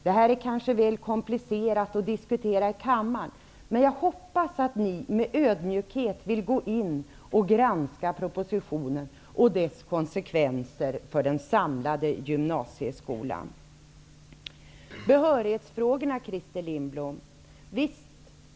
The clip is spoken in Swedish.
Det är kanske väl komplicerat att diskutera i kammaren, men jag hoppas att de borgerliga vill granska propositionen och dess konsekvenser för den samlade gymnasieskolan med ödmjukhet.